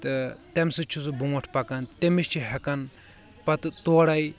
تہٕ تیٚمہِ سۭتۍ چھُ سُہ برونٛٹھ پکان تیٚمِس چھِ ہیٚکان پتہٕ تورے